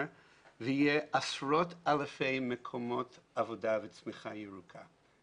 ויהיו עשרות אלפי מקומות עבודה וצריכה ירוקה.